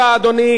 אדוני,